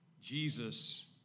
Jesus